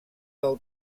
del